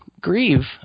grieve